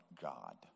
God